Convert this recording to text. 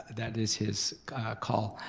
that is his call.